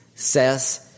Says